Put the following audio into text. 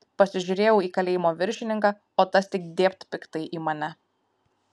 pasižiūrėjau į kalėjimo viršininką o tas tik dėbt piktai į mane